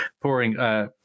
pouring